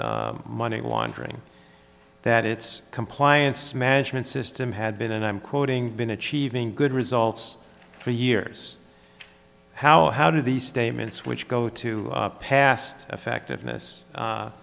prevent money laundering that its compliance management system had been and i'm quoting been achieving good results for years how how do these statements which go to past effectiveness